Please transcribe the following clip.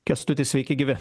kęstuti sveiki gyvi